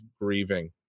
grieving